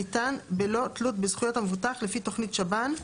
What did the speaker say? הניתן בלא תלות בזכויות המבוטח לפי תוכנית שב"ן,